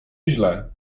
źle